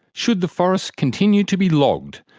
should the forests continue to be logged,